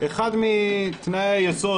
אחד מתנאי יסוד,